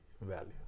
value